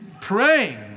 praying